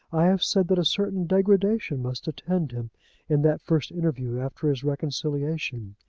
i have said that a certain degradation must attend him in that first interview after his reconciliation.